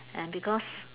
and because